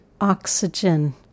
oxygen